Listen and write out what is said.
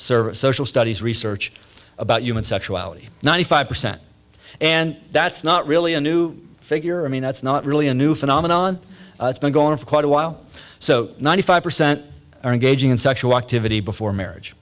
service social studies research about human sexuality ninety five percent and that's not really a new figure i mean that's not really a new phenomenon it's been going on for quite a while so ninety five percent are engaging in sexual activity before marriage